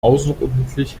außerordentlich